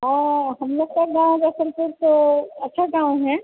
हाँ हम लोग का गाँव रसलपुर तो अच्छा गाँव है